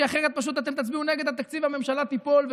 כי אחרת אתם פשוט תצביעו נגד התקציב והממשלה תיפול.